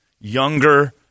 younger